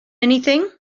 anything